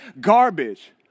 garbage